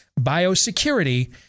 Biosecurity